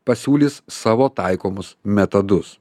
pasiūlys savo taikomus metodus